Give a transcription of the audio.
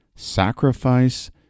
Sacrifice